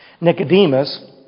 Nicodemus